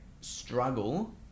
struggle